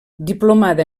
diplomada